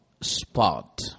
spot